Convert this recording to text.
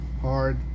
hard